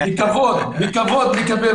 בכבוד נקבל